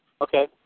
Okay